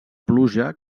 pluja